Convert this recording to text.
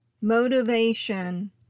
motivation